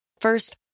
First